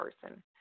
person